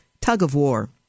tug-of-war